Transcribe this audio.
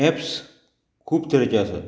apps खूब तरेचे आसात